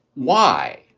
why?